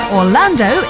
orlando